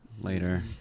later